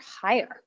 higher